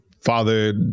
father